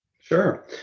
Sure